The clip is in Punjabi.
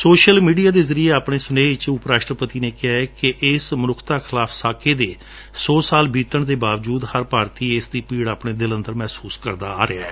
ਸੋਸ਼ਲ ਮੀਡੀਆ ਦੇ ਜ਼ਰੀਏ ਆਪਣੇ ਸੁਨੇਹੇ ਵਿਚ ਉਪ ਰਾਸ਼ਟਰਪਡੀ ਨੇ ਕਿਹੈ ਕਿ ਇਸ ਮਨੁੱਖਤਾ ਖਿਲਾਫ਼ ਸਾਕੇ ਦੇ ਸੌ ਸਾਲ ਬੀਤਣ ਦੇ ਬਾਵਜੁਦ ਹਰ ਭਾਰਤੀ ਇਸ ਦੀ ਪੀੜ ਆਪਣੇ ਦਿਲ ਅੰਦਰ ਮਹਿਸੂਸ ਕਰਦੈ